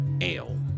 Ale